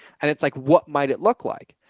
and it's like, what might it look like?